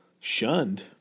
shunned